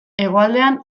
hegoaldean